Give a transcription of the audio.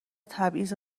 تبعیض